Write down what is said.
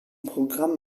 programm